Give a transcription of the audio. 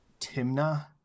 Timna